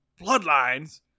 Bloodlines